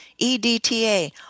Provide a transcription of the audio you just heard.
EDTA –